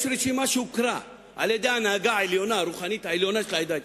יש רשימה שהוכרה על-ידי ההנהגה הרוחנית העליונה של העדה האתיופית.